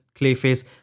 Clayface